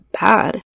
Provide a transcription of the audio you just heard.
bad